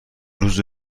روز